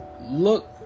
look